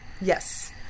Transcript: Yes